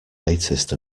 latest